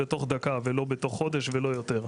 בתוך דקה ולא בתוך חודש ולא יותר.